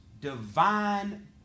divine